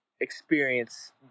experience